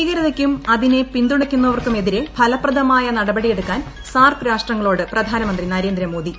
ഭീകരതയ്ക്കും അതിനെ പിന്തുണയ്ക്കുന്നവർക്കും എതിരെ ഫലപ്രദമായ നടപടിയെടുക്കാൻ സാർക്ക് രാഷ്ട്രങ്ങളോട് പ്രധാനമന്ത്രി നരേന്ദ്രമോദി